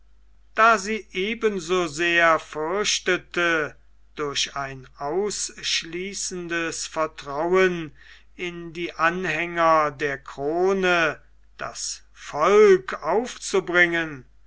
da sie eben so sehr fürchtete durch ein ausschließendes vertrauen in die anhänger der krone das volk aufzubringen